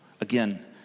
again